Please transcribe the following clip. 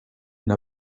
and